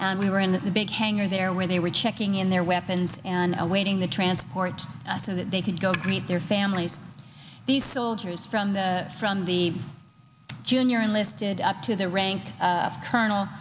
and we were in the big hangar there where they were checking in their weapons and awaiting the transport so that they could go greet their families the soldiers from the from the junior enlisted up to the rank of colonel